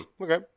Okay